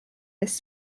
this